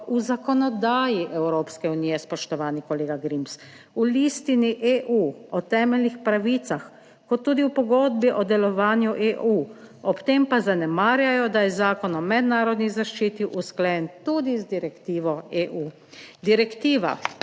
v zakonodaji Evropske unije, spoštovani kolega Grims, v listini EU o temeljnih pravicah kot tudi v pogodbi o delovanju EU, ob tem pa zanemarjajo, da je zakon o mednarodni zaščiti usklajen tudi z direktivo EU. Direktiva